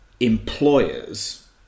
Employers